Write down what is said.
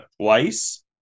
twice